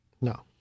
no